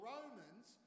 Romans